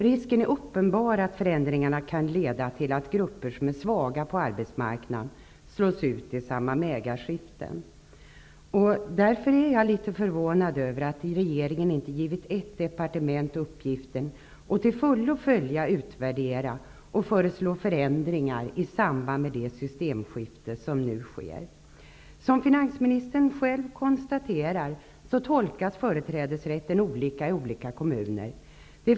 Risken är uppenbar att förändringarna kan leda till att svaga grupper på arbetsmarknaden slås ut i samband med ägarskiften. Därför är jag litet förvånad över att regeringen inte har givit ett departement uppgiften att till fullo följa, utvärdera och föreslå förändringar i samband med det systemskifte som nu pågår. Som finansministern själv konstaterar tolkas företrädesrätten olika i olika kommuner.